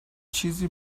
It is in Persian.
چیزی